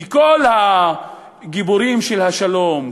כי כל הגיבורים של השלום,